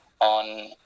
on